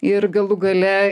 ir galų gale